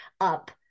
up